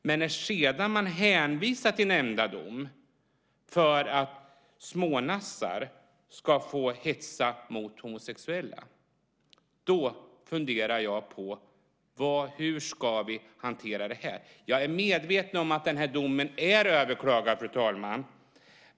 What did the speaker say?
Men när man sedan hänvisar till nämnda dom för att smånassar ska få hetsa mot homosexuella, då funderar jag på hur vi ska hantera detta. Jag är medveten om att denna dom är överklagad.